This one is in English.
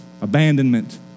abandonment